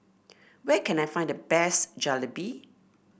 where can I find the best Jalebi